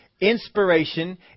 Inspiration